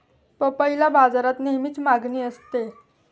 पपईला बाजारात नेहमीच मागणी असते